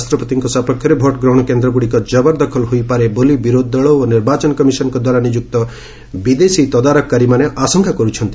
ରାଷ୍ଟ୍ରପତିଙ୍କ ସପକ୍ଷରେ ଭୋଟଗ୍ରହଣ କେନ୍ଦ୍ରଗୁଡ଼ିକ ଜବର ଦଖଲ ହୋଇପାରେ ବୋଲି ବିରୋଧି ଦଳ ଓ ନିର୍ବାଚନ କମିଶନଙ୍କଦ୍ୱାରା ନିଯୁକ୍ତ ବିଦେଶୀ ତଦାରଖକାରୀମାନେ ଆଶଙ୍କା କରୁଛନ୍ତି